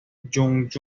jung